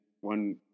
one